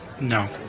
No